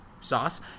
sauce